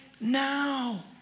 now